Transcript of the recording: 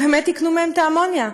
שהם באמת יקנו מהם את האמוניה.